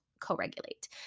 co-regulate